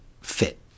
fit